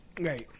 Right